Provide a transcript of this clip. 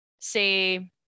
say